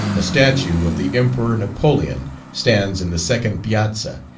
a statue of the emperor napoleon stands in the second piazza,